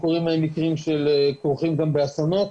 כשקורים מקרים שכרוכים גם באסונות.